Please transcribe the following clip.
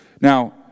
Now